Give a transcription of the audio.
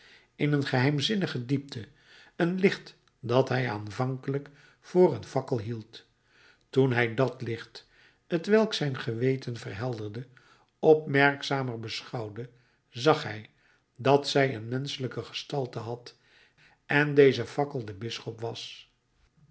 in een geheimzinnige diepte een licht dat hij aanvankelijk voor een fakkel hield toen hij dat licht t welk zijn geweten verhelderde opmerkzamer beschouwde zag hij dat zij een menschelijke gestalte had en deze fakkel de bisschop was